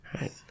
Right